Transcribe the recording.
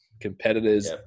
competitors